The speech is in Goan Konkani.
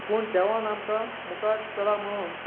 पूण देवान आमकां मुखार चला म्हूण